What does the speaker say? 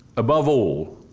above all,